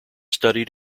studied